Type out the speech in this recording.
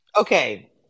Okay